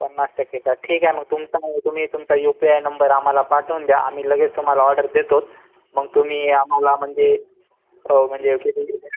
पन्नास टक्के का ठीक आहे मग तुमचा तुम्ही तुमचा यू पी आय नंबर आम्हाला पाठवून द्या आम्ही लगेच तुम्हाला ऑर्डर देतो मग तुम्ही आम्हाला म्हणजे म्हणजे किती